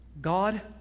God